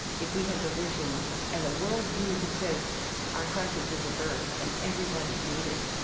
if we had the vision and a worldview that says our crisis is a birth and everybody is needed,